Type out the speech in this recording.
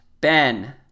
Ben